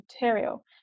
material